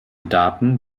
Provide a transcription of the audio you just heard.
daten